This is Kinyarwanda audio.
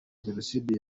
jenoside